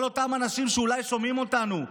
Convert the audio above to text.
כל אותם אנשים שאולי שומעים אותנו,